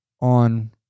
on